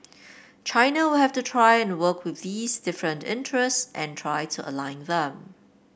China will have to try and work with these different interests and try to align them